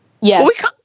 Yes